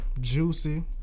juicy